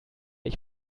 ich